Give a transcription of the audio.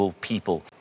people